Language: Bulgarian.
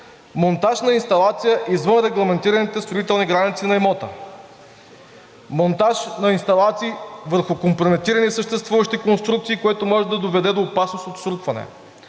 монтаж на инсталация извън регламентираните строителни граници на имота; монтаж на инсталации върху компрометирани съществуващи конструкции, което може да доведе до опасност от срутване;